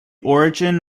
origin